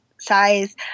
size